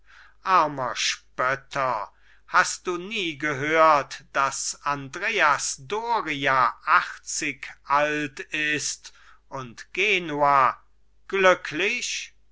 armer spötter hast du nie gehört daß andreas doria achtzig alt ist und genua glücklich